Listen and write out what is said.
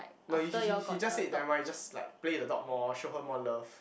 no he he he he just said nevermind you just like play with the dog more show her more love